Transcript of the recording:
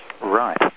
Right